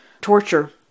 torture